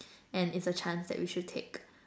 and it's a chance that we should take